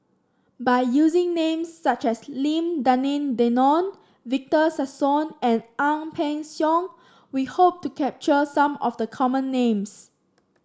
by using names such as Lim Denan Denon Victor Sassoon and Ang Peng Siong we hope to capture some of the common names